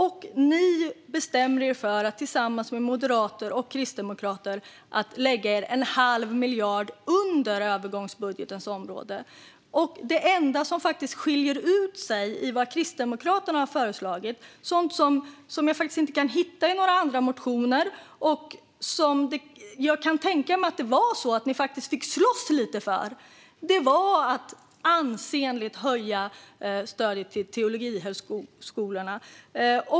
Och ni bestämde er för att tillsammans med Moderaterna lägga er en halv miljard under övergångsbudgeten på detta område. Det enda som urskiljer sig i Kristdemokraterna förslag - sådant som jag inte kan hitta i några andra motioner och som jag kan tänka mig att ni faktiskt fick slåss lite för - är förslaget om att ansenligt höja stödet till teologihögskolorna.